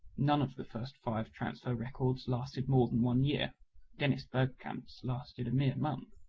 none of the first five transfer records lasted more than one year dennis bergkamp's lasted a mere month.